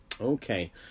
okay